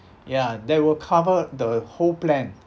ya they would cover the whole plan